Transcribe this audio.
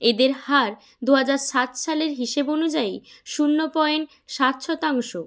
এদের হার দু হাজার সাত সালের হিসেব অনুযায়ী শূন্য পয়েন্ট সাত শতাংশ